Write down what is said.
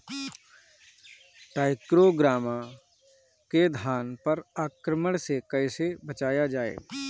टाइक्रोग्रामा के धान पर आक्रमण से कैसे बचाया जाए?